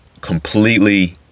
Completely